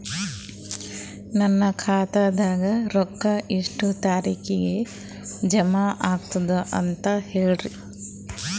ನನ್ನ ಖಾತಾದಾಗ ರೊಕ್ಕ ಎಷ್ಟ ತಾರೀಖಿಗೆ ಜಮಾ ಆಗತದ ದ ಅಂತ ಹೇಳರಿ?